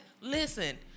Listen